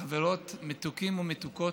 מתוקים ומתוקות,